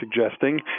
suggesting